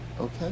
Okay